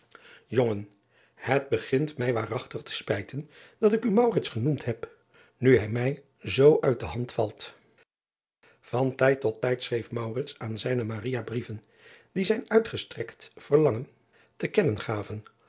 ongen het begint mij waarachtig te spijten dat ik u genoemd heb nu hij mij zoo uit de hand valt an tijd tot tijd schreef aan zijne brieven die zijn uitgestrekt verlangen te kennen ga